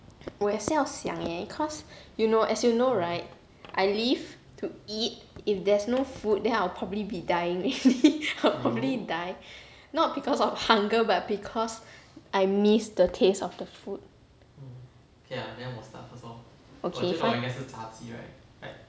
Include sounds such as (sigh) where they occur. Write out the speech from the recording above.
我也是要想 eh cause you know as you know right I live to eat if there's no food then I'll probably be dying (laughs) I'll properly die not because of hunger but because I miss the taste of the food okay fine